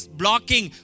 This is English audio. blocking